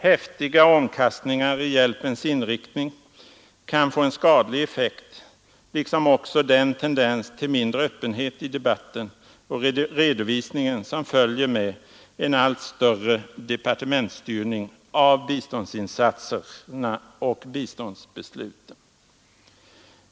Häftiga omkastningar i hjälpens inriktning kan få en skadlig effekt liksom också den tendens till 69 mindre öppenhet i debatten och redovisningen som följer med en allt större departementsstyrning av biståndsinsatserna och biståndsbesluten.